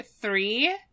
three